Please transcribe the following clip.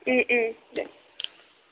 ओम ओम दे